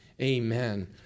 Amen